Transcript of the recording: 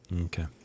Okay